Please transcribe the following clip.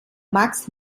max